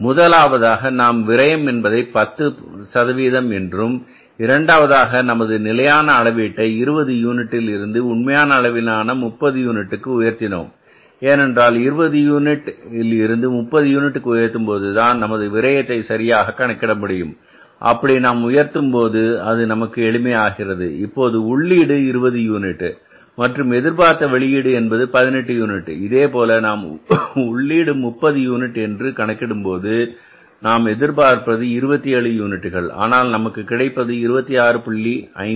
முதலாவதாக நாம் விரையம் என்பதை 10 என்றும் இரண்டாவதாக நமது நிலையான அளவீட்டை 20 யூனிட்டில் இருந்து உண்மையான அளவிலான முப்பது யூனிட்டுக்கு உயர்த்தினோம் ஏனென்றால் 20 யூனிட்டில் இருந்து 30 யூனிட்டுக்கு உயர்த்தும் போது தான் நமது விரயத்தை சரியாக கணக்கிட முடியும் அப்படி நாம் உயர்த்தும் போது அது நமக்கு எளிமையாகிறது இப்போது உள்ளீடு 20 யூனிட் மற்றும் எதிர்பார்த்த வெளியீடு என்பது பதினெட்டு யூனிட் இதேபோல் நாம் உள்ளீடு 30 யூனிட் என்று கணக்கிடும்போது நாம் எதிர்பார்ப்பது 27 யூனிட்டுகள் ஆனால் நமக்கு கிடைப்பது 26